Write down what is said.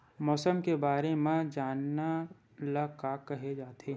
मौसम के बारे म जानना ल का कहे जाथे?